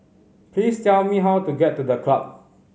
please tell me how to get to The Club